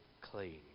clean